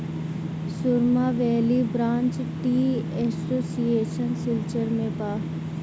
सुरमा valley branch tea association Silchar में बा